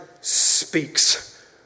speaks